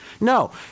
No